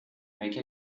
make